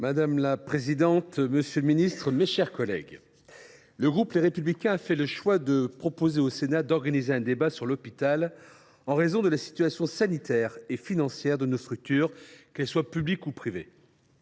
Madame la présidente, monsieur le ministre, mes chers collègues, le groupe Les Républicains a fait le choix de proposer au Sénat d’organiser un débat sur l’hôpital, en raison de la situation sanitaire et financière de nos structures, qu’elles soient publiques ou privées.